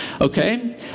okay